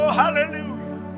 hallelujah